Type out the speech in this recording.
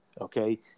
Okay